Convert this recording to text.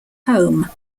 home